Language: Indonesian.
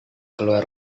keluar